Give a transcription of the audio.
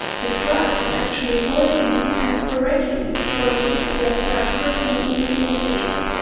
the drug is actually working and correcting the broken cftr ah protein in this individual.